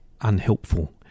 unhelpful